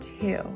two